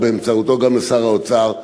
ובאמצעותו גם לשר האוצר: